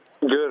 Good